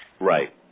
Right